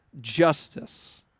justice